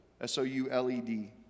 S-O-U-L-E-D